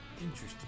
interesting